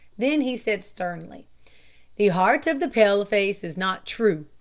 then he said, sternly the heart of the pale-face is not true.